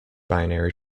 binary